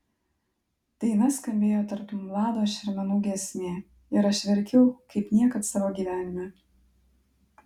daina skambėjo tartum vlado šermenų giesmė ir aš verkiau kaip niekad savo gyvenime